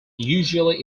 usually